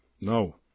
No